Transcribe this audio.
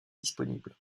disponible